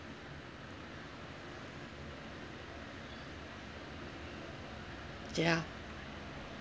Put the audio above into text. ya